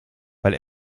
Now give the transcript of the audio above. weil